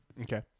okay